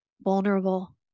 vulnerable